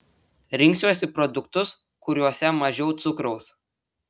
rinksiuosi produktus kuriuose mažiau cukraus